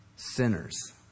Sinners